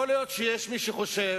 יכול להיות שיש מי שחושב